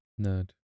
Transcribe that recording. Nerd